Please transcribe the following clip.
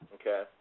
Okay